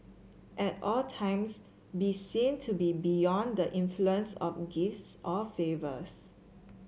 at all times be seen to be beyond the influence of gifts or favours